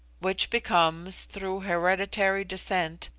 which becomes, through hereditary descent,